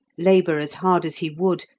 labour as hard as he would,